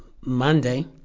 Monday